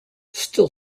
still